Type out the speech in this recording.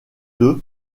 deux